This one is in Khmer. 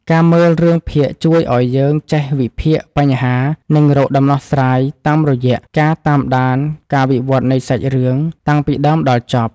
ការមើលរឿងភាគជួយឱ្យយើងចេះវិភាគបញ្ហានិងរកដំណោះស្រាយតាមរយៈការតាមដានការវិវត្តនៃសាច់រឿងតាំងពីដើមដល់ចប់។